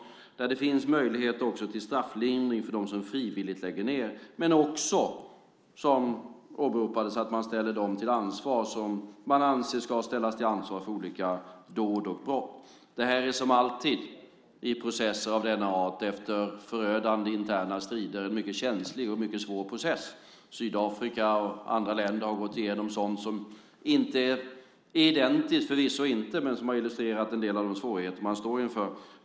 Enligt den finns det möjligheter till strafflindring för dem som frivilligt lägger ned vapnen, men det finns också möjlighet att ställa dem till ansvar som man anser ska ställas till ansvar för olika brott. Det här är, som alltid i processer av denna art efter förödande interna strider, en mycket känslig och mycket svår process. Sydafrika och andra länder har gått igenom sådant som förvisso inte är identiskt, men som har illustrerat en del av de svårigheter man står inför.